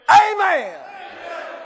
Amen